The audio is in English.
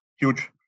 huge